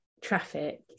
traffic